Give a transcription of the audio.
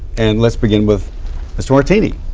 and let's begin with mr. martiny.